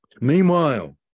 Meanwhile